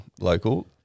local